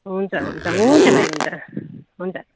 हुन्छ हुन्छ हुन्छ भाइ हुन्छ हुन्छ